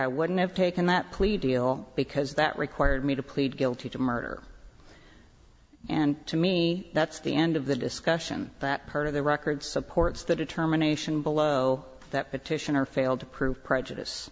i wouldn't have taken that plea to deal because that required me to plead guilty to murder and to me that's the end of the discussion that part of the record supports the determination below that petitioner failed to prove prejudice